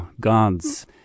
gods